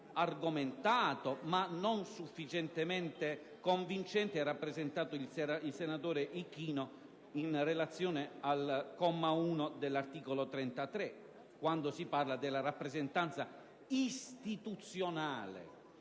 argomentato ma non sufficientemente convincente ha rappresentato il senatore Ichino in relazione al comma 1 dell'articolo 33, quando si parla della rappresentanza istituzionale.